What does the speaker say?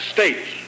States